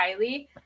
Kylie